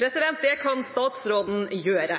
President, det kan statsråden gjøre.